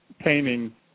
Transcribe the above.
painting